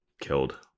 killed